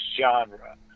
genre